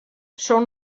són